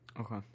Okay